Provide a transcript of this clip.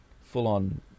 full-on